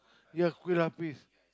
ya Kueh-lapis